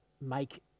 make